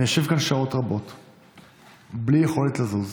אני יושב כאן בלי יכולת לזוז,